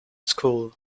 school